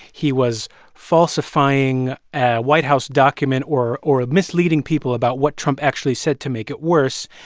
he was falsifying a white house document or or ah misleading people about what trump actually said to make it worse.